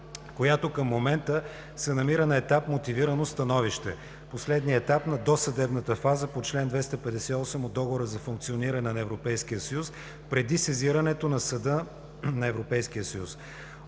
която към момента се намира на етап мотивирано становище – последният етап на досъдебната фаза по чл. 258 от Договора за функциониране на Европейския съюз преди сезирането на Съда на ЕС. От своя